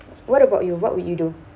what about you what would you do